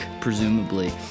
presumably